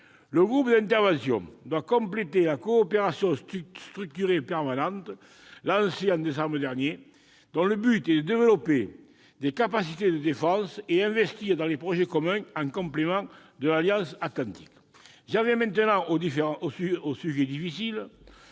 Le groupe d'intervention doit compléter la coopération structurée permanente, lancée en décembre dernier, dont le but est de développer des capacités de défense et d'investir dans des projets communs, en complément de l'Alliance atlantique. J'en viens maintenant aux sujets difficiles.